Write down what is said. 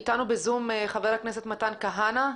איתנו בזום, חבר הכנסת מתן כהנא.